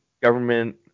government